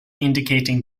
indicating